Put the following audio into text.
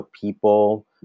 people